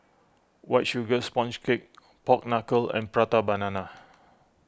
White Sugar Sponge Cake Pork Knuckle and Prata Banana